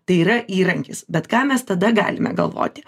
tai yra įrankis bet ką mes tada galime galvoti